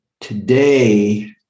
today